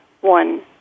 one